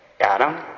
Adam